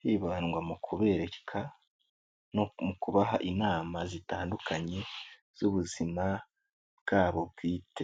hibandwa mu kubereka no mu kubaha inama zitandukanye z'ubuzima bwabo bwite.